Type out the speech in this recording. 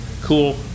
Cool